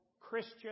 Christian